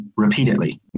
repeatedly